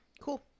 Cool